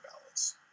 ballots